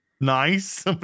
nice